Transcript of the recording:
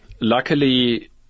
Luckily